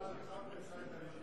עכשיו קלקלת לביבי.